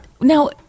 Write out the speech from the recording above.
Now